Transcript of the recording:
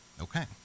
okay